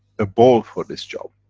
a bowl for this job.